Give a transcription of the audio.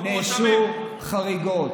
אם נעשו חריגות.